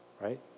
Right